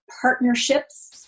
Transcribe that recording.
partnerships